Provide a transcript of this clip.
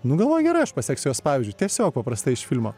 nu galvoju gerai aš paseksiu jos pavyzdžiu tiesiog paprastai iš filmo